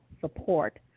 support